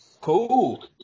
Cool